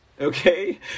Okay